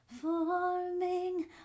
forming